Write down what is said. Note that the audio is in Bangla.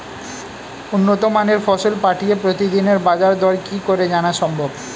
উন্নত মানের ফসল পাঠিয়ে প্রতিদিনের বাজার দর কি করে জানা সম্ভব?